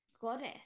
goddess